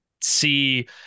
see